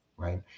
Right